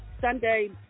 Sunday